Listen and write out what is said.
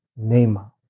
Neymar